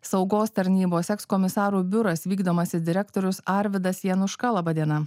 saugos tarnybos ekskomisarų biuras vykdomasis direktorius arvydas januška laba diena diena